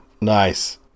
Nice